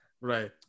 Right